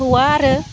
हौवा आरो